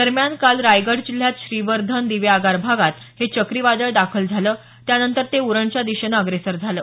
दरम्यान काल रायगड जिल्ह्यात श्रीवर्धन दिवे आगार भागात हे चक्रीवादळ दाखल झालं त्यानंतर ते उरणच्या दिशेने अग्रेसर झालं